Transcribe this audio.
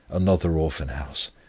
another orphan-house,